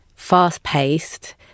fast-paced